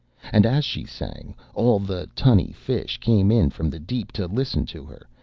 and as she sang, all the tunny-fish came in from the deep to listen to her,